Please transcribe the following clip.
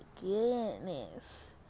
goodness